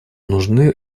нужны